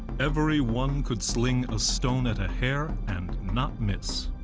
every one could sling a stone at a hare, and not miss.